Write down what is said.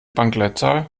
bankleitzahl